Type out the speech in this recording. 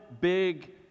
big